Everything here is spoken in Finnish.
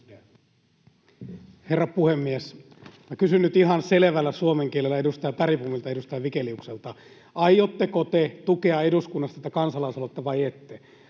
Herra puhemies! Minä kysyn nyt ihan selvällä suomen kielellä edustaja Bergbomilta ja edustaja Vigeliukselta: aiotteko te tukea eduskunnassa tätä kansalaisaloitetta vai ette?